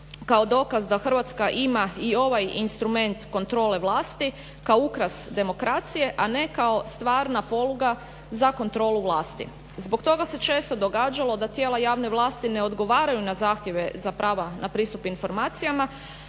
kao dokaz da Hrvatska ima i ovaj instrument kontrole vlasti kao ukras demokracije, a ne kao stvarna poluga za kontrolu vlasti. Zbog toga se često događalo da tijela javne vlasti ne odgovaraju na zahtjeve za prava na pristup informacijama,